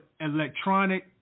electronic